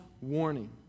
warning